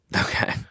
Okay